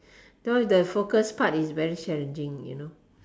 so the focus part is very challenging you know